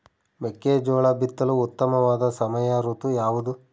ಮೆಕ್ಕೆಜೋಳ ಬಿತ್ತಲು ಉತ್ತಮವಾದ ಸಮಯ ಋತು ಯಾವುದು?